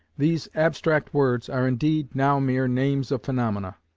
these abstract words are indeed now mere names of phaenomena,